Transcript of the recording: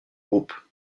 groupe